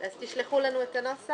אז תשלחו לנו את הנוסח.